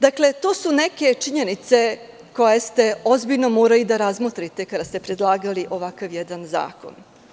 Dakle, to su neke činjenice koje ste ozbiljno morali da razmotrite kada ste predlagali ovakav jedan zakon.